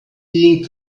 being